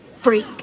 Freak